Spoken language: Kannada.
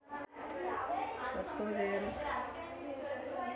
ಮೊಳಕೆ ಒಡೆಯುವಿಕೆಗೆ ಭಾಳ ಸಮಯ ತೊಗೊಳ್ಳೋ ಬೆಳೆ ಯಾವುದ್ರೇ?